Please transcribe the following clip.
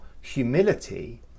humility